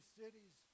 cities